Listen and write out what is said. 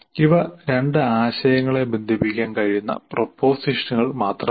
ഇവ രണ്ട് ആശയങ്ങളെ ബന്ധിപ്പിക്കാൻ കഴിയുന്ന പ്രൊപോസിഷനുകൾ മാത്രമാണ്